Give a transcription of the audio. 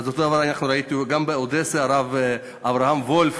גם באודסה, הרב אברהם וולף,